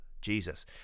Jesus